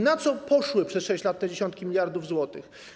Na co poszły przez 6 lat te dziesiątki miliardów złotych?